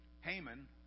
Haman